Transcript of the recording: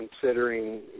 considering